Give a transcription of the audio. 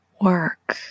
work